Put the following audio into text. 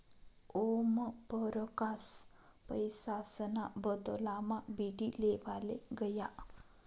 ओमपरकास पैसासना बदलामा बीडी लेवाले गया